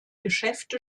geschäfte